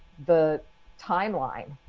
the timeline,